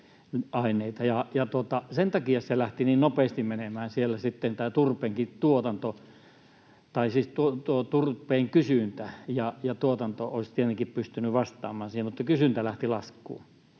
sen takia lähti niin nopeasti menemään siellä sitten tämä turpeenkin kysyntä. Tuotanto olisi tietenkin pystynyt vastaamaan siihen, mutta kysyntä lähti laskuun.